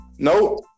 Nope